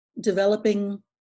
developing